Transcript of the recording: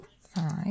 five